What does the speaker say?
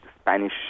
Spanish